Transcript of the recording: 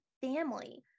family